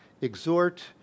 Exhort